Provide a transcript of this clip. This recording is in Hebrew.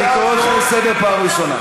אני קורא אותך לסדר פעם ראשונה.